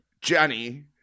Jenny